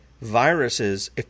viruses